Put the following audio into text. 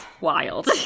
wild